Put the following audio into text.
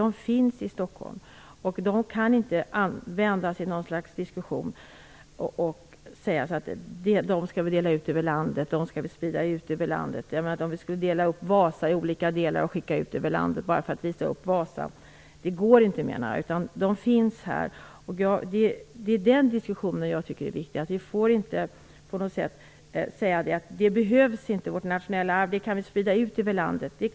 De finns i Stockholm, och de kan inte spridas ut över landet. Vi kan inte dela upp Vasavarvet och skicka olika delar ut över landet bara för att visa upp det. Det går inte. Det är den diskussionen jag syftar på. Vi får inte säga att vårt nationella arv inte behövs här utan att det skall vi sprida ut över landet.